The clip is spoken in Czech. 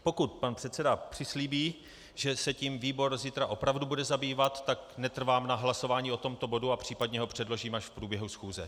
Pokud pan předseda přislíbí, že se tím výbor zítra opravdu bude zabývat, tak netrvám na hlasování o tomto bodu a případně ho předložím až v průběhu schůze.